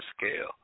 scale